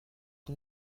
une